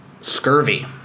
scurvy